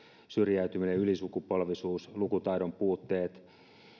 syrjäytyminen ylisukupolvisuus lukutaidon puutteet